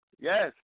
yes